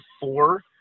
four